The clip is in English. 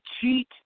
cheat